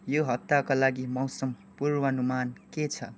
यो हप्ताका लागि मौसम पूर्वानुमान के छ